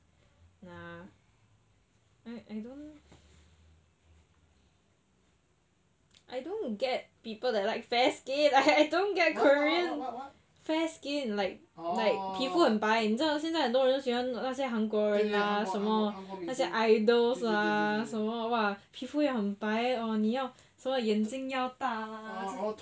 nah I I don't get people that like fair skin I I don't get korean fair skin like like 皮肤很白你知道现在很多人喜欢那些韩国人吗什么那些 idol 是啊什么哇皮肤也很白噢你要什么眼睛要大啦